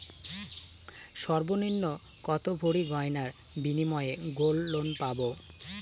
সর্বনিম্ন কত ভরি গয়নার বিনিময়ে গোল্ড লোন পাব?